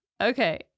Okay